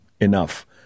enough